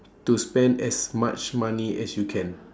to spend as much money as you can